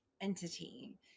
entity